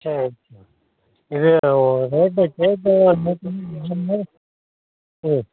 சரி இது rate rate ம்